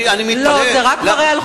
אני מתפלא, לא.